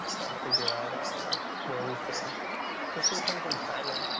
try to figure out ah where we stand just in terms of timing.